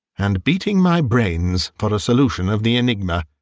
and beating my brains for a solution of the enigma.